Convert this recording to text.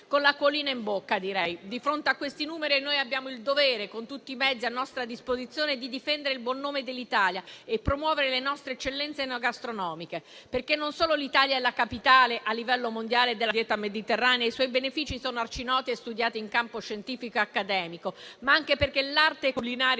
con l'acquolina in bocca, direi. Di fronte a questi numeri noi abbiamo il dovere, con tutti i mezzi a nostra disposizione, di difendere il buon nome dell'Italia e promuovere le nostre eccellenze enogastronomiche, perché non solo l'Italia è la capitale a livello mondiale della dieta mediterranea e i suoi benefici sono arcinoti e studiati in campo scientifico e accademico, ma anche perché l'arte culinaria